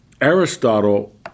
Aristotle